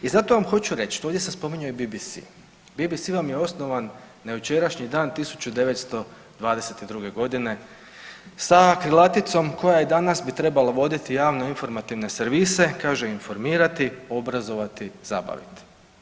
I zato vam hoću reći, ovdje se spominjao i BBC, BBC vam je osnovan na jučerašnji dan 1922. godine sa akrilaticom koja i danas bi trebala voditi javno informativne servise, kaže informirati, obrazovati, zabaviti.